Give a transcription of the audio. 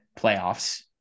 playoffs